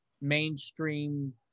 mainstream